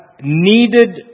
needed